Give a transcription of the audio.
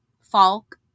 Falk